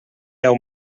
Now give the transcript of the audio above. deu